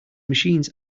machines